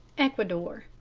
ecuador.